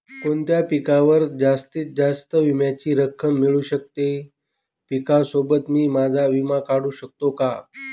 कोणत्या पिकावर जास्तीत जास्त विम्याची रक्कम मिळू शकते? पिकासोबत मी माझा विमा काढू शकतो का?